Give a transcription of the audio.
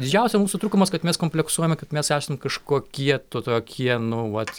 didžiausia mūsų trūkumas kad mes kompleksuojame kad mes esam kažkokie to tokie nu vat